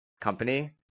company